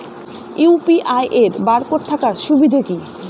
UPI এর barcode থাকার সুবিধে কি?